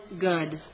good